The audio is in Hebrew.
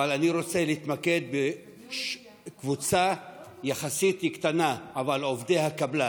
אבל אני רוצה להתמקד בקבוצה יחסית קטנה: עובדי הקבלן.